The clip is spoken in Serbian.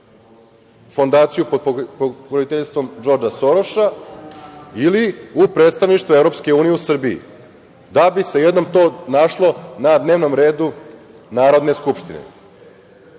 Fondaciju pod pokroviteljstvom Džordža Soroša ili u predstavništvo EU u Srbiji, da bi se to jednom našlo na dnevnom redu Narodne skupštine. Dakle,